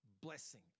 blessing